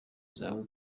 zawe